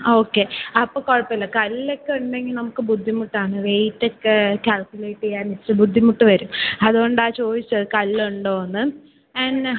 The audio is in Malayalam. ഓക്കെ അപ്പോൾ കുഴപ്പമില്ല കല്ലൊക്കെ ഉണ്ടെങ്കിൽ നമുക്ക് ബുദ്ധിമുട്ടാണ് വെയിറ്റ് ഒക്കെ കാൽക്കുലേറ്റ് ചെയ്യാൻ ഇത്തിരി ബുദ്ധിമുട്ട് വരും അതുകൊണ്ടാണ് ചോദിച്ചത് കല്ല് ഉണ്ടോ എന്ന് എന്ന